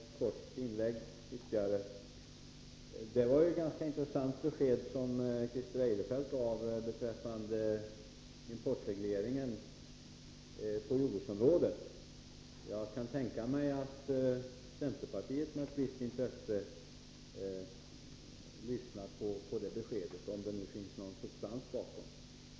Herr talman! Bara ett kort inlägg. Det var ett ganska intressant besked som Christer Eirefelt gav beträffande importregleringarna på jordbrukets område. Jag kan tänka mig att centerpartiet med ett visst intresse lyssnade på det beskedet, om det nu finns någon substans bakom det.